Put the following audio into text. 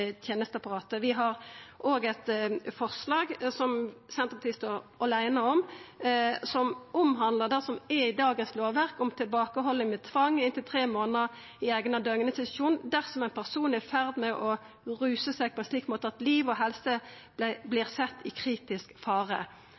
tenesteapparatet. Vi har òg eit forslag, som Senterpartiet står åleine om, som omhandlar det som er i dagens lovverk om tilbakehalding med tvang i inntil tre månader i eigna døgninstitusjon dersom ein person er i ferd med å rusa seg på ein slik måte at liv og helse vert sett i kritisk fare.